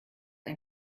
ein